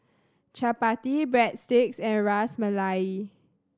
Chapati Breadsticks and Ras Malai